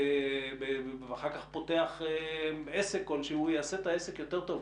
בו, מבצעים בו ביקורים.